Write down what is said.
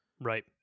Right